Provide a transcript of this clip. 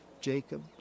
Jacob